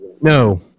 No